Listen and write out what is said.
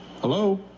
Hello